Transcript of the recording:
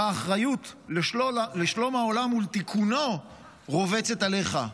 האחריות לשלום העולם ולתיקונו רובצת עליך.